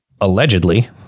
allegedly